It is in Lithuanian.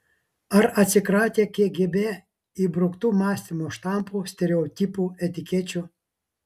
ar atsikratę kgb įbruktų mąstymo štampų stereotipų etikečių